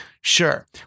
Sure